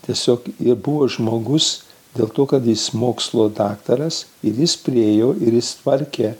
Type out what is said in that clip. tiesiog buvo žmogus dėl to kad jis mokslų daktaras ir jis priėjo ir jis tvarkė